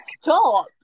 stop